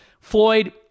Floyd